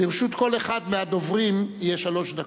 לרשות כל אחד מהדוברים יהיו שלוש דקות.